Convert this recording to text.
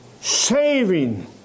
saving